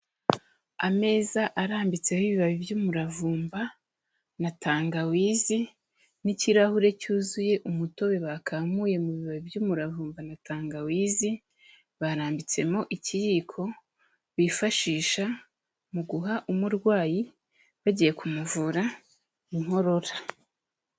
Ameza arambitseho ibibabi by'umuravumba na tangawizi n'ikirahure cyuzuye umutobe bakamuye mu bibabi by'umuravumba na tangawizi, barambitsemo ikiyiko bifashisha mu guha umurwayi bagiye kumuvura inkorora.